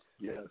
yes